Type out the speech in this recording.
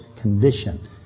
condition